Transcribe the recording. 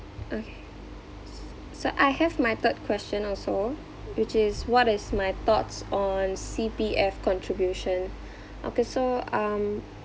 okay s~ so I have my third question also which is what is my thoughts on C_P_F contribution okay so um